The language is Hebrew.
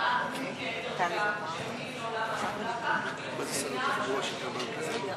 בישיבה כדרגה, כך יכירו בסמינרים של הנשים חרדיות.